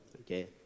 Okay